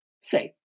Say